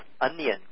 Onion